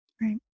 Right